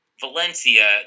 Valencia